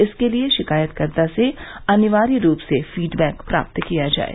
इसके लिये शिकायतकर्ता से अनिवार्य रूप से फीड बैक प्राप्त किया जाये